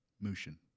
Motion